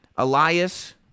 Elias